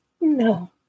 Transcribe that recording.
no